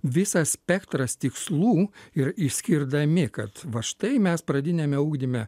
visas spektras tikslų ir išskirdami kad va štai mes pradiniame ugdyme